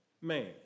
man